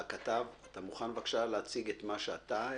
הכתב, אתה מוכן, בבקשה, להציג את מה שאתה חווית?